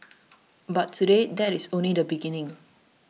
but today that is only the beginning